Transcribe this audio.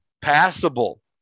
passable